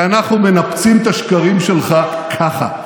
כי אנחנו מנפצים את השקרים שלך ככה.